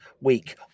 week